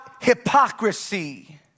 hypocrisy